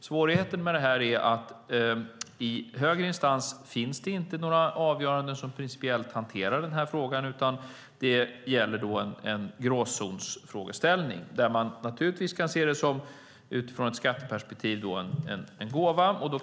Svårigheten är att i högre instans finns det inga rättsfall på det här området. Det här är en gråzonsfrågeställning, och man kan utifrån ett skatteperspektiv se det som en gåva.